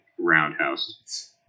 Roundhouse